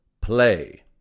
play